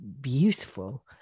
beautiful